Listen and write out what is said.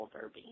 Derby